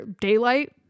daylight